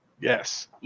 Yes